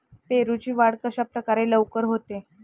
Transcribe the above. पेरूची वाढ कशाप्रकारे लवकर होते?